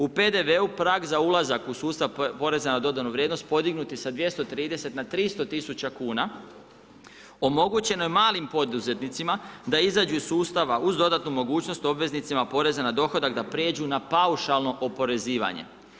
U PDV-u prag za ulazak poreza na dodanu vrijednost podignut je sa 230 na 300 tisuća kuna, omogućeno je malim poduzetnicima da izađu iz sustava uz dodatnu mogućnosti obveznicima poreza na dohodak da prijeđu na paušalno oporezivanje.